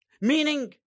Meaning